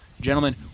Gentlemen